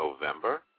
November